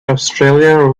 australia